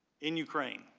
in ukraine.